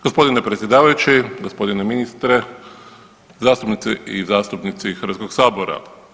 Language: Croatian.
Gospodine predsjedavajući, gospodine ministre, zastupnice i zastupnici Hrvatskog sabora.